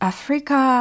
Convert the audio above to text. Africa